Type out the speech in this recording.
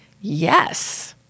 yes